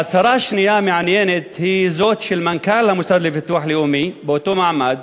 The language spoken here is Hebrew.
ההצהרה השנייה המעניינת היא זו של מנכ"ל הביטוח הלאומי באותו מעמד.